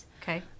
Okay